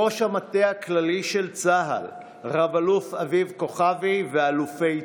ראש המטה הכללי של צה"ל רב-אלוף אביב כוכבי ואלופי צה"ל,